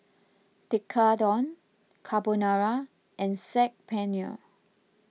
Tekkadon Carbonara and Saag Paneer